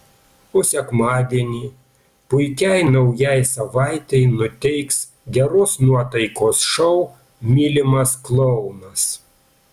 o sekmadienį puikiai naujai savaitei nuteiks geros nuotaikos šou mylimas klounas